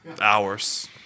hours